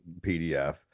PDF